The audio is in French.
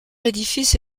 édifice